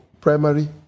primary